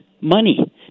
money